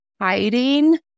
hiding